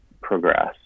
progress